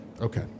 Okay